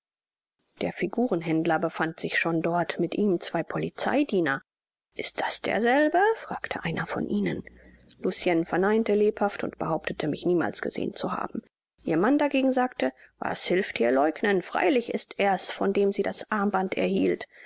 der figurenhändler befand sich schon dort mit ihm zwei polizeidiener ist das derselbe fragte einer von ihnen lucie verneinte lebhaft und behauptete mich niemals gesehen zu haben ihr mann dagegen sagte was hilft hier leugnen freilich ist er's von dem sie das armband erhielt